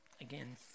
Again